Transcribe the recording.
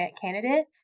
candidate